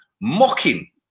mocking